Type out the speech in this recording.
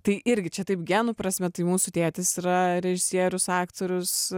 tai irgi čia taip genų prasme tai mūsų tėtis yra režisierius aktorius